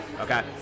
okay